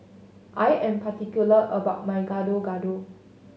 I am particular about my Gado Gado